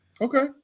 Okay